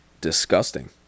Disgusting